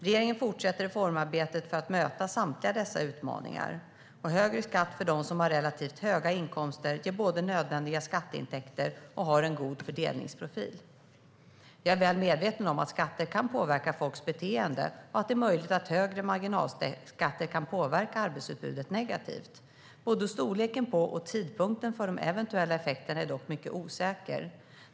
Regeringen fortsätter reformarbetet för att möta samtliga dessa utmaningar. Högre skatt för dem som har relativt höga inkomster ger nödvändiga skatteintäkter och har en god fördelningsprofil. Jag är väl medveten om att skatter kan påverka folks beteende och att det är möjligt att högre marginalskatter kan påverka arbetsutbudet negativt. Både storleken på och tidpunkten för de eventuella effekterna är dock mycket osäkra.